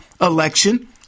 election